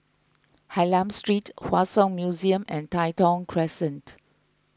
Hylam Street Hua Song Museum and Tai Thong Crescent